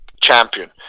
champion